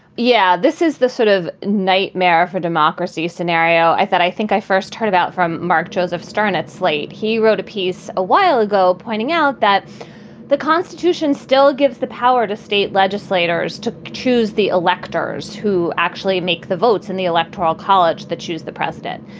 yeah. this is the sort of nightmare for democracy scenario. i thought i think i first heard about from mark joseph stern at slate. he wrote a piece a while ago pointing out that the constitution still gives the power to state legislators to choose the electors who actually make the votes in the electoral college that choose the president.